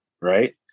right